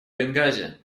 бенгази